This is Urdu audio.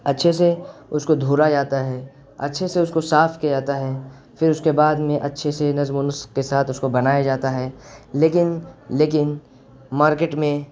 اچھے سے اس کو دھویا جاتا ہے اچھے سے اس کو صاف کیا جاتا ہے پھر اس کے بعد میں اچھے سے نظم و نسق کے ساتھ اس کو بنایا جاتا ہے لیکن لیکن مارکیٹ میں